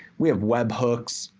we have web hooks,